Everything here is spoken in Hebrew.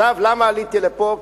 עכשיו, למה עליתי לפה?